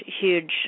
huge